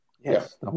Yes